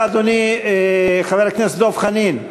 חבר הכנסת דב חנין,